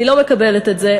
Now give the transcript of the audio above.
אני לא מקבלת את זה.